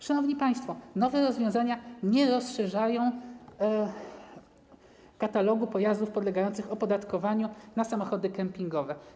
Szanowni państwo, nowe rozwiązania nie rozszerzają katalogu pojazdów podlegających opodatkowaniu o samochody kempingowe.